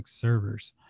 servers